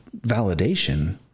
validation